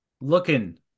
Looking